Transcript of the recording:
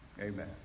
Amen